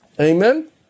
Amen